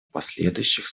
последующих